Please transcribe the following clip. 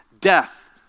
death